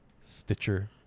stitcher